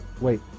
Wait